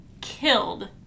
killed